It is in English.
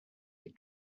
they